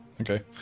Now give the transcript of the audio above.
Okay